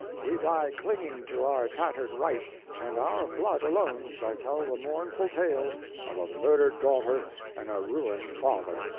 we die clinging to our tattered rights, and our blood alone shall tell the mournful tale of a murdered daughter and a ruined father.